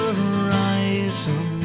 horizon